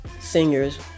singers